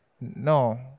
No